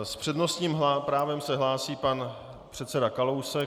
S přednostním právem se hlásí pan předseda Kalousek.